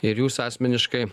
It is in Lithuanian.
ir jūs asmeniškai